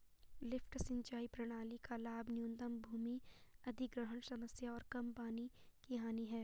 lift सिंचाई प्रणाली का लाभ न्यूनतम भूमि अधिग्रहण समस्या और कम पानी की हानि है